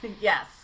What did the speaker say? Yes